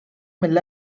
mill